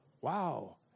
wow